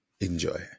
Enjoy